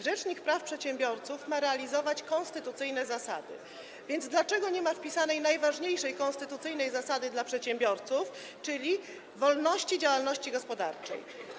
Rzecznik praw przedsiębiorców ma realizować konstytucyjne zasady, więc dlaczego nie ma wpisanej najważniejszej konstytucyjnej zasady dla przedsiębiorców, czyli wolności działalności gospodarczej?